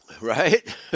right